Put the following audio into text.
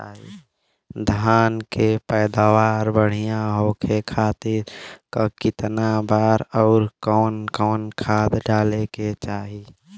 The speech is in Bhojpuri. धान के पैदावार बढ़िया होखे खाती कितना बार अउर कवन कवन खाद डाले के चाही?